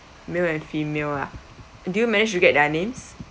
male and female ah do you manage to get their names